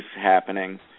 happening